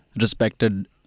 respected